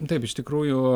taip iš tikrųjų